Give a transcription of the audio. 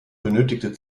benötigte